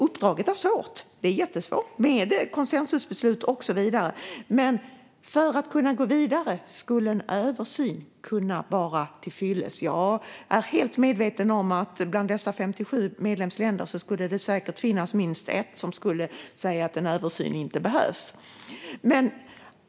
Uppdraget är jättesvårt med konsensusbeslut och så vidare. För att kunna gå vidare skulle en översyn vara till fyllest. Jag är helt medveten om att bland dessa 57 medlemsländer finns minst ett land som säger att en översyn inte behövs.